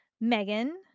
Megan